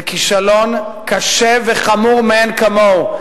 זה כישלון קשה וחמור מאין כמוהו,